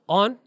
on